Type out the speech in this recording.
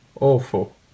Awful